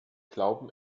glauben